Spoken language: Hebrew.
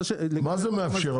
מה זה "מאפשר"?